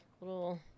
little